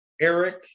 Eric